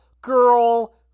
girl